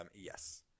Yes